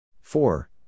four